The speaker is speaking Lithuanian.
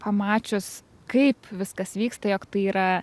pamačius kaip viskas vyksta jog tai yra